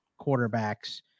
quarterbacks